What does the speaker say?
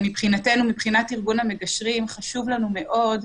מבחינת ארגון המגשרים, חשוב לנו מאוד,